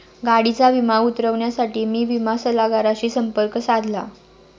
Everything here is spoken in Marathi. गाडीचा विमा उतरवण्यासाठी मी विमा सल्लागाराशी संपर्क साधला